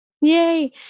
Yay